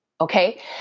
Okay